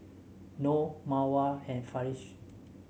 Noh Mawar and Farish